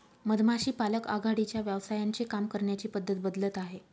मधमाशी पालक आघाडीच्या व्यवसायांचे काम करण्याची पद्धत बदलत आहे